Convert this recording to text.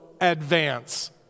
advance